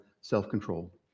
self-control